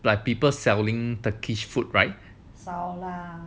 like people selling turkish food right